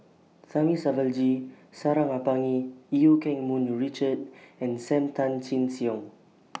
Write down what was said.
Thamizhavel G Sarangapani EU Keng Mun Richard and SAM Tan Chin Siong